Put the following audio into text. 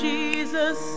Jesus